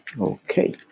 okay